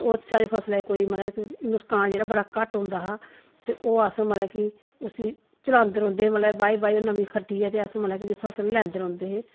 ते ओह् स्हाड़े फसला कोई मतलब नुसकान जेह्ड़ा बड़ा घट्ट हुंदा हा ते ओह् अस मतलब कि उसी चलांदे रौह्ंदे हे मतलब बाही बाही नमीं खट्टियै ते अस मतलब कि उसी फसल लैंदे रौहंदे हे